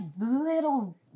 little